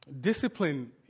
discipline